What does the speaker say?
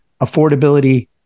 affordability